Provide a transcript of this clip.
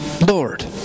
Lord